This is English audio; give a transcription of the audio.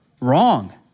Wrong